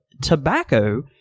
tobacco